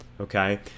okay